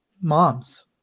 moms